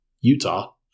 Utah